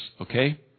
Okay